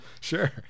Sure